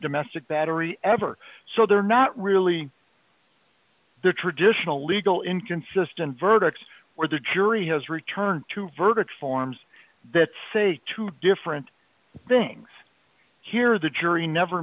domestic battery ever so they're not really their traditional legal inconsistent verdicts where the jury has returned to verdict forms that say two different things here the jury never